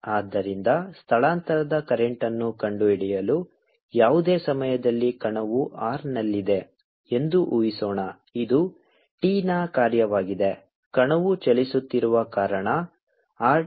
ಆದ್ದರಿಂದ ಸ್ಥಳಾಂತರದ ಕರೆಂಟ್ ಅನ್ನು ಕಂಡುಹಿಡಿಯಲು ಯಾವುದೇ ಸಮಯದಲ್ಲಿ ಕಣವು r ನಲ್ಲಿದೆ ಎಂದು ಊಹಿಸೋಣ ಇದು t ನ ಕಾರ್ಯವಾಗಿದೆ ಕಣವು ಚಲಿಸುತ್ತಿರುವ ಕಾರಣ r t